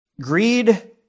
greed